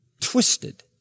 twisted